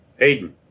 Aiden